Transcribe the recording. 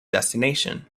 destination